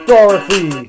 Dorothy